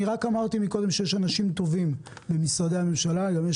אמרתי מקודם שיש אנשים טובים במשרדי הממשלה וגם יש